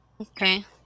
Okay